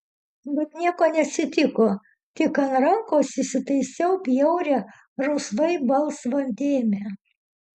bet nieko neatsitiko tik ant rankos įsitaisiau bjaurią rausvai balsvą dėmę